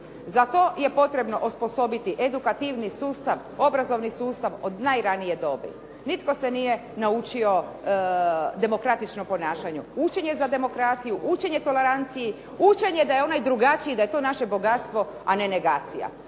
Za to je potrebno osposobiti edukativni sustav, obrazovni sustav od najranije dobi. Nitko se nije naučio demokratičnom ponašanju. Učenje za demokraciju, učenje toleranciji, učenje da je onaj drugačiji, da je to naše bogatstvo, a ne negacija.